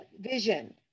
vision